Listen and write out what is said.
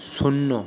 শূন্য